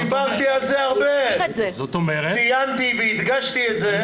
דיברתי על זה הרבה, ציינתי והדגשתי את זה.